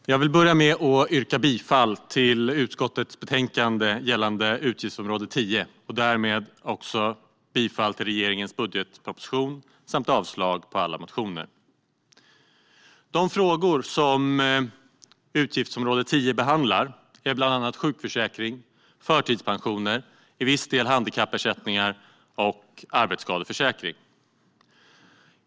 Herr talman! Jag vill börja med att yrka bifall till utskottets förslag gällande utgiftsområde 10 och därmed också bifall till regeringens budgetproposition samt avslag på alla motioner. De frågor som utgiftsområde 10 behandlar är bland annat sjukförsäkring, förtidspensioner, till viss del handikappersättningar och arbetsskadeförsäkring.